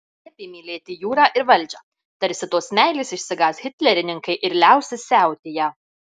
liepė mylėti jūrą ir valdžią tarsi tos meilės išsigąs hitlerininkai ir liausis siautėję